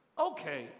Okay